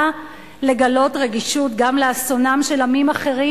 לגלות רגישות גם לאסונם של עמים אחרים,